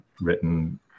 written